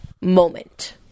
moment